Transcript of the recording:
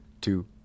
two